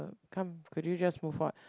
the come could you just move forward